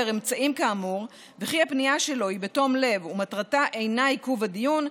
אמצעים כאמור וכי הפנייה שלו היא בתום לב ומטרתה אינה עיכוב הדיון,